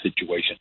situation